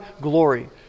glory